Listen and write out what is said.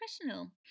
professional